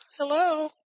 hello